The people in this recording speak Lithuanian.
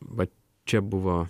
vat čia buvo